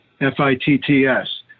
F-I-T-T-S